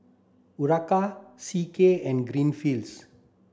Urana C K and Greenfields